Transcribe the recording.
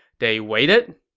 they waited,